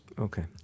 Okay